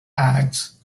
acts